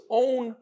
own